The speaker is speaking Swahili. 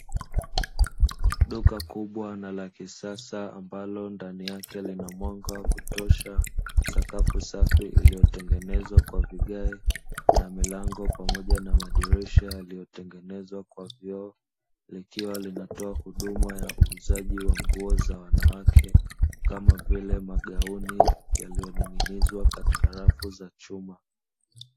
Duka kubwa na la kisasa ambalo ndani yake lina mwanga wa kutosha sakafu safi, iliyotengenezwa kwa vigae na milango pamoja na madirisha yaliyotengenezwa kwa vioo likiwa linatoa huduma ya uuzaji wa nguo za wanawake kama vile magauni yaliyoning'inizwa katika rafu za chuma.